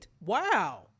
Wow